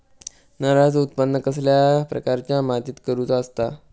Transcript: नारळाचा उत्त्पन कसल्या प्रकारच्या मातीत करूचा असता?